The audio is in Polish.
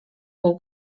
pół